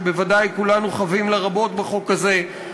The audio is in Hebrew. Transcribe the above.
שבוודאי כולנו חבים לה רבות בחוק הזה,